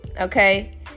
Okay